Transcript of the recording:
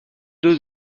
deux